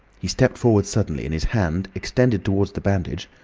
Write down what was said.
he stepped forward suddenly, and his hand, extended towards the bandage,